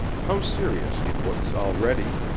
how serious he looks, already!